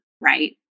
right